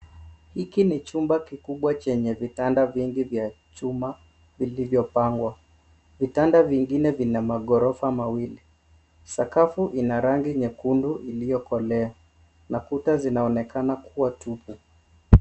Hiki ni chumba kikubwa chenye vitanda vingi vya chuma vilivyo pangwa vitanda vingine vina magorofa mawili sakafu ina rangi nyekundu iliyo kolea na kuta zinaonekana kuwa tupu.